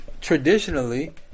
Traditionally